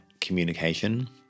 communication